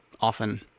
often